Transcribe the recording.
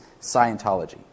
Scientology